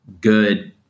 good